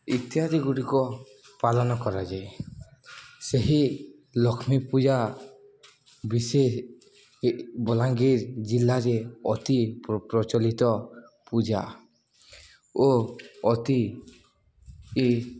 ଇତ୍ୟାଦି ଗୁଡ଼ିକ ପାଳନ କରାଯାଏ ସେହି ଲକ୍ଷ୍ମୀ ପୂଜା ବିଶେଷ ବଲାଙ୍ଗୀର ଜିଲ୍ଲାରେ ଅତି ପ୍ରଚଳିତ ପୂଜା ଓ ଅତି ଇ